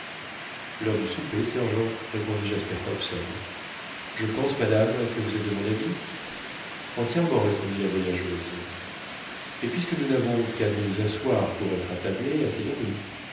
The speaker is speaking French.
l'heure du souper sergent répondit jasper hobson je pense madame que vous êtes de mon avis entièrement répondit la voyageuse et puisque nous n'avons qu'à nous asseoir pour être attablés asseyons-nous